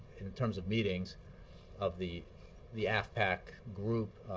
in terms of meetings of the the afpak group,